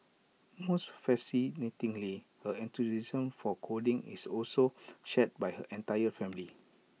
most fascinatingly her enthusiasm for coding is also shared by her entire family